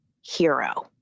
hero